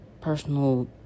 personal